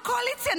הקואליציה,